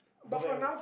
go back